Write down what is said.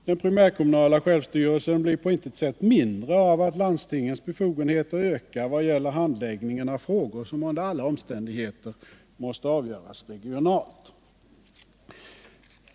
Den primärkommunala självstyrelsen blir på intet sätt mindre genom att landstingens befogenheter ökar i vad gäller handläggningen av frågor som under alla förhållanden måste avgöras regionalt.